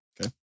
Okay